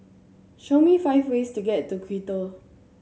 show me five ways to get to Quito